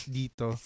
dito